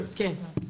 כן.